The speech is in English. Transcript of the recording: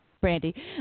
Brandy